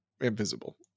invisible